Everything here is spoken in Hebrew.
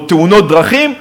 או תאונות דרכים,